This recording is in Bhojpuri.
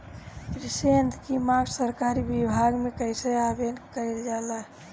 कृषि यत्र की मांग सरकरी विभाग में कइसे आवेदन कइल जाला?